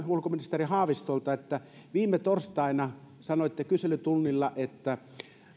ulkoministeri haavistolta viime torstaina sanoitte kyselytunnilla että